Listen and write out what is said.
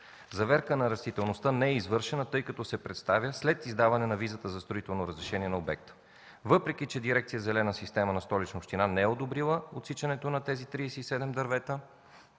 Заверка на растителността не е извършена, тъй като се представя след издаването на визата за строително разрешение на обекта. Въпреки че Дирекция „Зелена система” на Столична община не е одобрила отсичането на тези 37 дървета